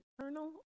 Colonel